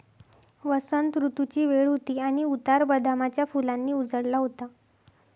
वसंत ऋतूची वेळ होती आणि उतार बदामाच्या फुलांनी उजळला होता